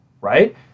right